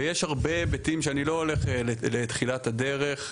ויש הרבה היבטים שאני לא הולך לתחילת הדרך,